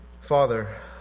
Father